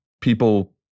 people